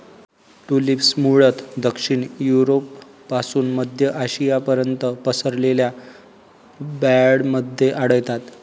tulips मूळतः दक्षिण युरोपपासून मध्य आशियापर्यंत पसरलेल्या बँडमध्ये आढळतात